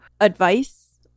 advice